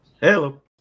Hello